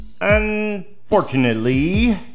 Unfortunately